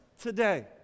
today